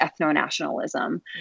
ethno-nationalism